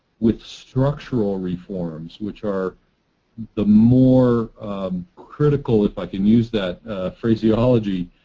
with structural reforms, which are the more critical, if i can use that phraseology,